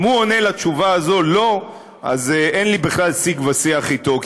אם הוא עונה על השאלה הזאת "לא" אז אין לי בכלל שיג ושיח איתו,